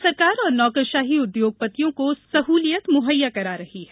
राज्य सरकार और नौकरषाही उद्योगपतियों को मुहैया करा रही है